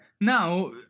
now